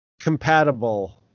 compatible